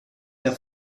der